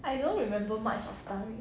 I don't remember much of